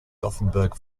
gothenburg